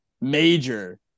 major